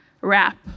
wrap